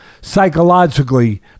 psychologically